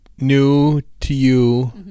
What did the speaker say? new-to-you